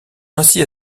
ainsi